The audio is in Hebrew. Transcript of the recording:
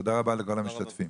תודה רבה לכל המשתתפים.